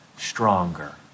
stronger